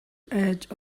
edge